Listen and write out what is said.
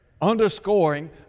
underscoring